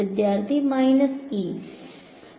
വിദ്യാർത്ഥി X delta